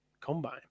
Combine